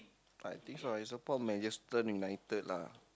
I think so I support Manchester-United lah